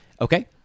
okay